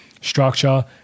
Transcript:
structure